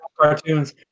cartoons